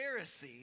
Pharisee